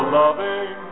loving